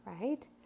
Right